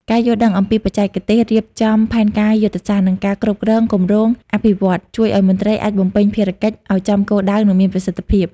ការយល់ដឹងអំពីបច្ចេកទេសរៀបចំផែនការយុទ្ធសាស្ត្រ និងការគ្រប់គ្រងគម្រោងអភិវឌ្ឍន៍ ជួយឱ្យមន្ត្រីអាចបំពេញភារកិច្ចឱ្យចំគោលដៅ និងមានប្រសិទ្ធភាព។